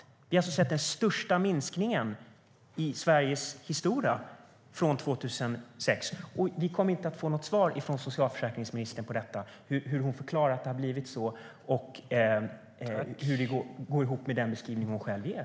Vi har alltså sett den största minskningen i Sveriges historia från 2006, och vi kommer inte att få något svar från socialförsäkringsministern där hon förklarar hur det har blivit så och hur det går ihop med den beskrivning som hon själv ger.